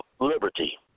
Liberty